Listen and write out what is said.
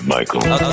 Michael